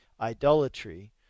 idolatry